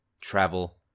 travel